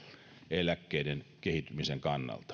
eläkkeiden kehittymisen kannalta